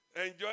Enjoy